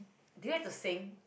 do you like to sing